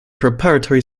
preparatory